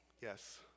Yes